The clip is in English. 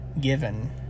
given